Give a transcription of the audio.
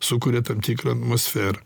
sukuria tam tikrą atmosfer